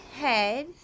head